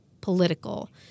political